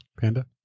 Panda